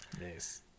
Nice